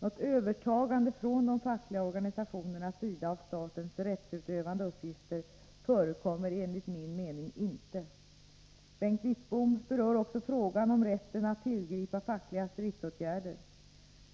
Något övertagande från de fackliga organisationernas sida av statens rättsutövande uppgifter förekommer enligt min mening inte. Bengt Wittbom berör också frågan om rätten att tillgripa fackliga stridsåtgärder.